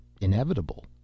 inevitable